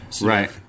right